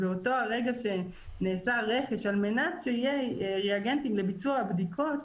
באותו הרגע שנעשה הרכש על מנת שיהיו ריאגנטים לביצוע הבדיקות